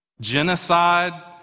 genocide